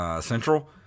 Central